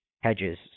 hedges